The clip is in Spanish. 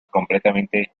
completamente